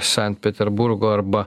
sankt peterburgo arba